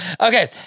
Okay